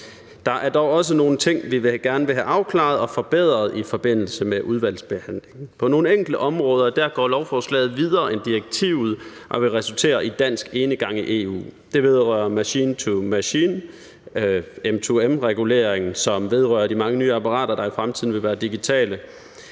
Der er dog også nogle ting, vi gerne vil have afklaret og forbedret i forbindelse med udvalgsbehandlingen. På nogle enkelte områder går lovforslaget videre end direktivet og vil resultere i dansk enegang i EU. Det drejer sig om machine to machine, m2m-regulering, som vedrører de mange nye apparater, der i fremtiden vil være digitale.